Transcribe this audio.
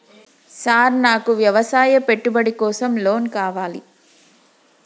Sir నాకు వ్యవసాయ పెట్టుబడి కోసం లోన్ కావాలి?